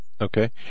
Okay